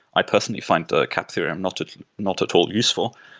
i personally find the cap theorem not at not at all useful.